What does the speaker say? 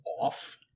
off